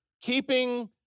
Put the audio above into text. keeping